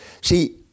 See